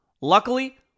Luckily